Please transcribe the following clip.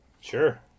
Sure